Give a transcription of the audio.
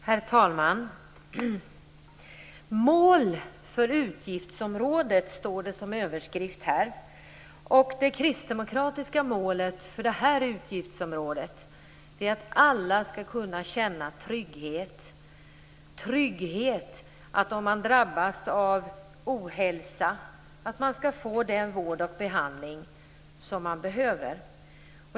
Herr talman! Mål för utgiftsområdet står det som överskrift. Det kristdemokratiska målet för det här utgiftsområdet är att alla skall kunna känna trygghet - trygghet som innebär att om man drabbas av ohälsa skall man få den vård och behandling man behöver.